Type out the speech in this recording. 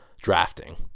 drafting